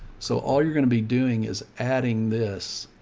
so all you're going to be doing is adding this,